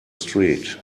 street